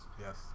Yes